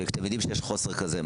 וכשאתם יודעים שיש חוסר כזה,